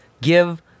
Give